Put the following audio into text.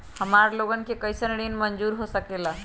हमार लोगन के कइसन ऋण मंजूर हो सकेला?